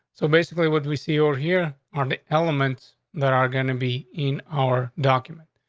so basically what we see or hear on the elements that are gonna be in our documents.